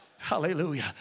Hallelujah